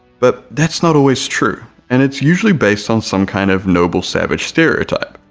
but that's not always true and it's usually based on some kind of noble savage stereotype,